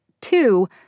two